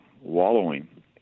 wallowing